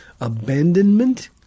abandonment